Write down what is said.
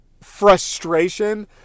frustration